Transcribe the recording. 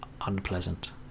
unpleasant